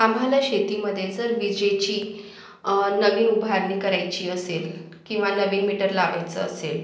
आम्हाला शेतीमध्ये जर विजेची नवीन उभारणी करायची असेल किंवा नवीन मीटर लावायचा असेल